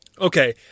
Okay